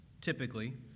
typically